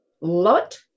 lot